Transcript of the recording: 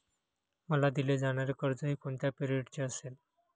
मला दिले जाणारे कर्ज हे कोणत्या पिरियडचे असेल?